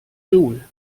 joule